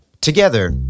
Together